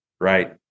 right